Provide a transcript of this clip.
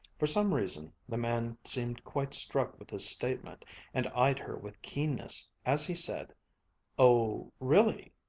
for some reason the man seemed quite struck with this statement and eyed her with keenness as he said oh really?